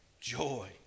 joy